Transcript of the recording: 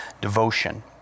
devotion